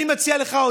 אני מציע לך,